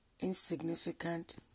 insignificant